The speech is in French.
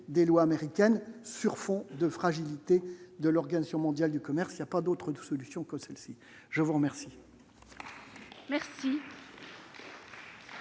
des lois américaines sur fond de fragilité de l'Organisation mondiale du commerce, il y a pas d'autre tout solution que celle-ci, je vous remercie. Je